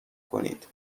کنید